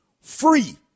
free